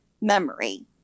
memory